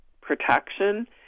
protection